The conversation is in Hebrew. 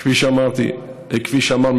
כפי שאמרת מקודם,